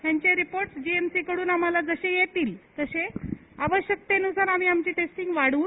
त्यांचे रिपोर्ट जीएमसीकड्रन जसे आम्हाला येतील तसे आवश्यकतेनुसार आम्ही आमची टेस्टिंग वाढवू